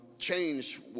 Change